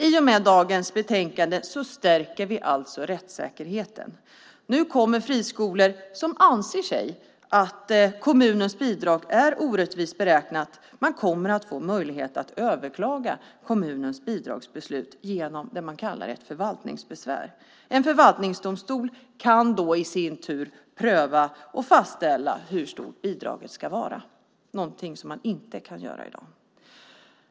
I och med dagens betänkande stärker vi alltså rättssäkerheten. Nu kommer friskolor som anser att kommunens bidrag är orättvist beräknat att få möjlighet att överklaga kommunens bidragsbeslut genom det man kallar ett förvaltningsbesvär. En förvaltningsdomstol kan då i sin tur pröva och fastställa hur stort bidraget ska vara. Det är någonting som man inte kan göra i dag.